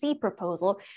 proposal